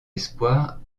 espoirs